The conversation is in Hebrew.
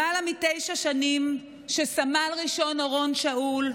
למעלה מתשע שנים סמל ראשון אורון שאול,